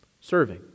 serving